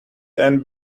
and